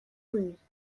connues